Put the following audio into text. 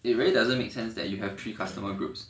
it really doesn't make sense that you have three customer groups